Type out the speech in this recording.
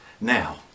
Now